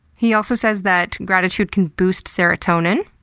he also says that gratitude can boost serotonin,